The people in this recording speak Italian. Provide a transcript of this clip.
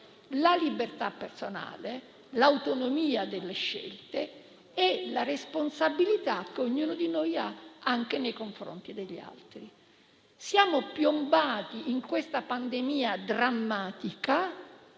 la libertà personale, l'autonomia delle scelte e la responsabilità che ognuno di noi ha anche nei confronti degli altri. Siamo piombati in questa pandemia drammatica